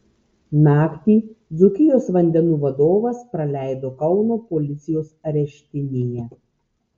naktį dzūkijos vandenų vadovas praleido kauno policijos areštinėje